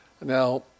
Now